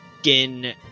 skin